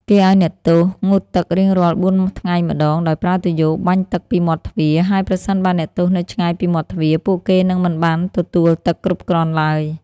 គេឱ្យអ្នកទោសងូតទឹករៀងរាល់បួនថ្ងៃម្តង ដោយប្រើទុយយ៉ូបាញ់ទឹកពីមាត់ទ្វារ ហើយ ប្រសិនបើអ្នកទោសនៅឆ្ងាយពីមាត់ទ្វារ ពួកគេនឹងមិនបានទទួលទឹកគ្រប់គ្រាន់ឡើយ។